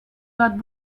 that